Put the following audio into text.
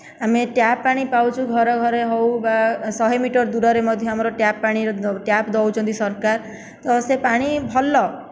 ଆମେ ଟ୍ୟାପ୍ ପାଣି ପାଉଛୁ ଘରେ ଘରେ ହେଉ ବା ଶହେ ମିଟର ଦୂରରେ ମଧ୍ୟ ଆମର ଟ୍ୟାପ୍ ପାଣି ଟ୍ୟାପ୍ ଦେଉଛନ୍ତି ସରକାର ତ ସେ ପାଣି ଭଲ